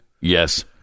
Yes